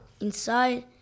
Inside